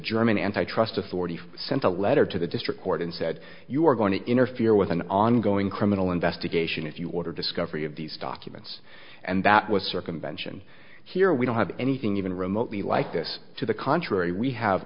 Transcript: german antitrust authorities sent a letter to the district court and said you're going to interfere with an ongoing criminal investigation if you order discovery of these documents and that was circumvention here we don't have anything even remotely like this to the contrary we have